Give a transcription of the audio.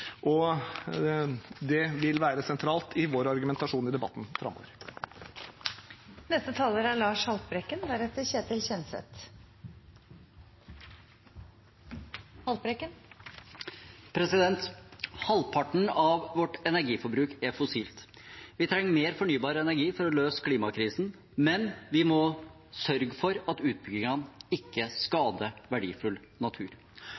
og det vil stå sentralt i vår argumentasjon i debatten framover. Halvparten av vårt energiforbruk er fossilt. Vi trenger mer fornybar energi for å løse klimakrisen, men vi må sørge for at utbyggingen ikke skader verdifull natur.